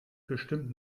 bestimmt